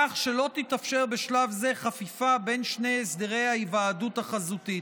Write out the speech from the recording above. כך שלא תתאפשר בשלב זה חפיפה בין שני הסדרי ההיוועדות החזותית.